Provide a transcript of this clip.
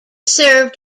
served